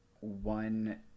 One